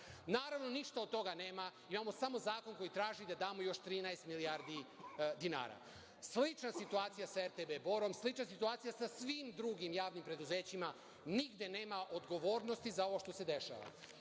ponoviti. Naravno, ništa od toga nema. Imamo samo zakon koji traži da damo još 13 milijardi dinara. Slična situacija je sa RTB Borom, slična situacija je sa svim drugim javnim preduzećima. Nigde nema odgovornosti za ovo što se dešava,